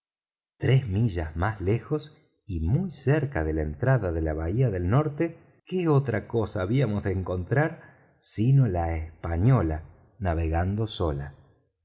tres millas más lejos y muy cerca de la entrada de la bahía del norte qué otra cosa habíamos de encontrar sino la española navegando sola